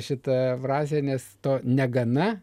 šita frazė nes to negana